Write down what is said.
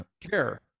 care